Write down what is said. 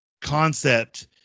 concept